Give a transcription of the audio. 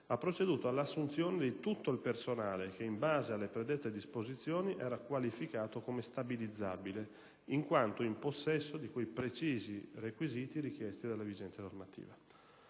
ha proceduto all'assunzione di tutto il personale che, in base alle predette disposizioni, era qualificato come stabilizzabile, in quanto in possesso dei requisiti richiesti dalla vigente normativa.